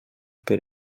per